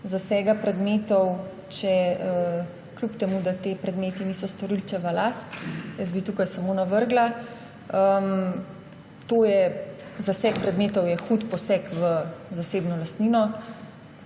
zasega predmetov, kljub temu da ti predmeti niso storilčeva last. Tukaj bi samo navrgla, zaseg predmetov je hud poseg v zasebno lastnino.